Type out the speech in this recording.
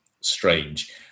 strange